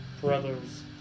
Brothers